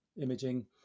imaging